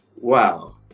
wow